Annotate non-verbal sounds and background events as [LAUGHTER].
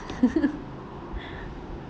[LAUGHS]